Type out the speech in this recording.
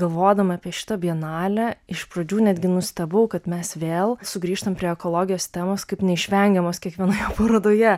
galvodama apie šitą bienalę iš pradžių netgi nustebau kad mes vėl sugrįžtam prie ekologijos temos kaip neišvengiamos kiekvienoje parodoje